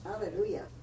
Hallelujah